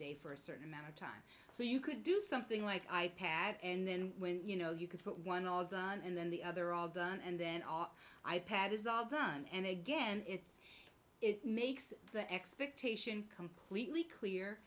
day for a certain amount of time so you could do something like i pad and then when you know you could put one in then the other all done and then all i pad is all done and again it's it makes the expectation completely clear